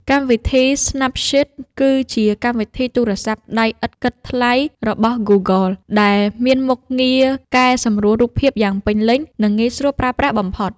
កម្មវិធី ស្ណាប់ស៊ីត គឺជាកម្មវិធីទូរស័ព្ទដៃឥតគិតថ្លៃរបស់ ហ្គូហ្គល ដែលមានមុខងារកែសម្រួលរូបភាពយ៉ាងពេញលេញ និងងាយស្រួលប្រើប្រាស់បំផុត។